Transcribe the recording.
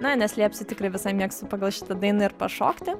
na neslėpsiu tikrai visai mėgstu pagal šitą dainą ir pašokti